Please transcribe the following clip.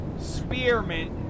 spearmint